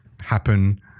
happen